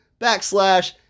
backslash